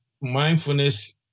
mindfulness